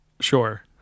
Sure